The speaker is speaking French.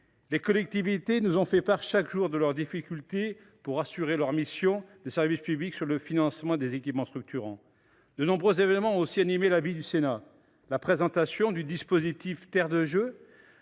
les collectivités nous font part chaque jour de leurs difficultés pour assurer leurs missions de service public sur le financement des équipements structurants ! De nombreux événements ont aussi animé la vie du Sénat, à l’instar de la présentation du dispositif Terre de Jeux